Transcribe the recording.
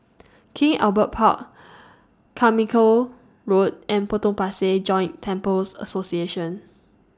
King Albert Park Carmichael Road and Potong Pasir Joint Temples Association